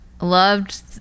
loved